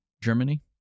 Germany